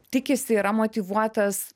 tikisi yra motyvuotas